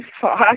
Fuck